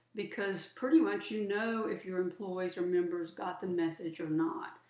because pretty much you know if your employees or members got the message or not.